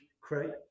create